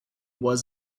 was